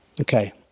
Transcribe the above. Okay